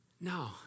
No